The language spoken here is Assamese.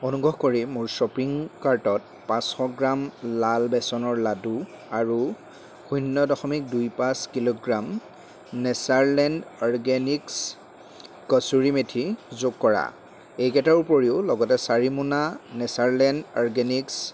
অনুগ্ৰহ কৰি মোৰ শ্বপিং কাৰ্টত পাঁচশ গ্ৰাম লাল বেচনৰ লাড়ু আৰু শূন্য দশমিক দুই পাঁচ কিলোগ্ৰাম নেচাৰলেণ্ড অৰগেনিক্ছ কছুৰী মেথি যোগ কৰা এইকেইটাৰ উপৰিও লগতে চাৰি মোনা নেচাৰলেণ্ড অৰগেনিক্ছ